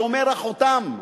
שומר החותם,